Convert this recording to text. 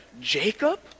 Jacob